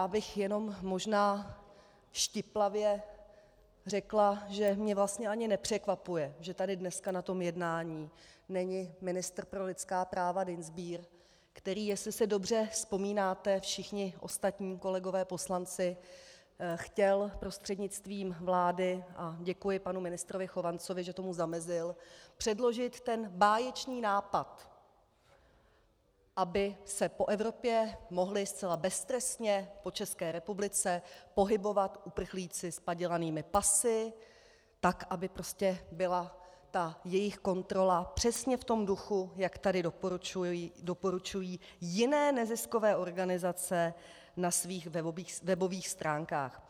Já bych jenom možná štiplavě řekla, že mě vlastně ani nepřekvapuje, že tady dneska na tom jednání není ministr pro lidská práva Dienstbier, který jestli si dobře vzpomínáte, všichni kolegové poslanci chtěl prostřednictvím vlády, a děkuji panu ministru Chovancovi, že tomu zamezil, předložit ten báječný nápad, aby se po Evropě mohli zcela beztrestně po České republice pohybovat uprchlíci s padělanými pasy, tak aby byla jejich kontrola přesně v tom duchu, jak tady doporučují jiné neziskové organizace na svých webových stránkách.